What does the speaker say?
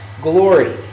glory